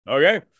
Okay